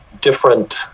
different